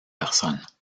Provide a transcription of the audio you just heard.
personnes